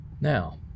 Now